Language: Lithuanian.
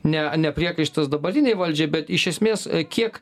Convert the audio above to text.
ne ne priekaištas dabartinei valdžiai bet iš esmės kiek